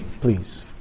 please